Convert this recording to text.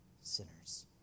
sinners